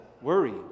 worry